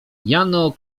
jano